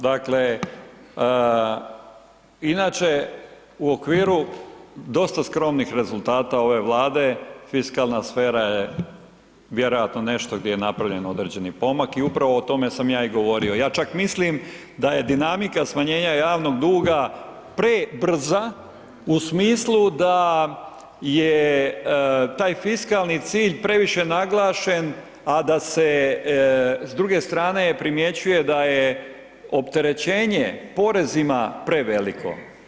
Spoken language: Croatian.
Dakle, inače u okviru dosta skromnih rezultata ove Vlade fiskalna sfera je vjerojatno nešto gdje je napravljen određeni pomak i upravo o tome sam ja i govorio, ja čak mislim da je dinamika smanjenja javnog duga prebrza u smislu da je taj fiskalni cilj previše naglašen, a da se s druge strane primjećuje da je opterećenje porezima preveliko.